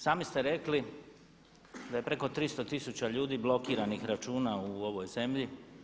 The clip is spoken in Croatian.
Sami ste rekli da je preko 300 tisuća ljudi blokiranih računa u ovoj zemlji.